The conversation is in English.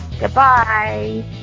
Goodbye